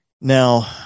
Now